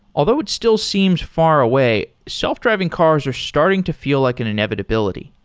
although it still seems far away, self-driving cars are starting to feel like an inevitability.